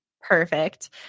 Perfect